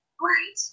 right